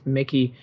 Mickey